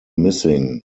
missing